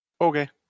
okay